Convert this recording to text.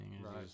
Right